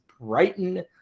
Brighton